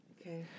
Okay